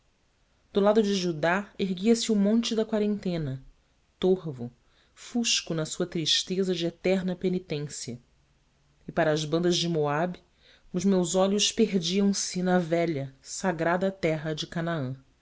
do lado de judá erguia-se o monte da quarentena torvo fusco na sua tristeza de eterna penitência e para as bandas de moabe os meus olhos perdiam-se na velha sagrada terra de canaã